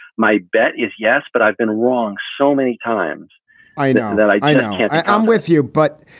my bet is yes. but i've been wrong so many times i know that. i know i'm with you, but.